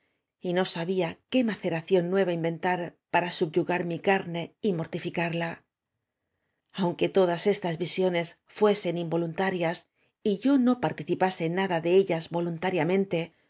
y do sabía qué maceración nueva inventar para subyugar mi carne y mortiñcarla aunque todas estas visiones fuesen in voluntarias y yo no participase en nada de ellas voluntarlamcdte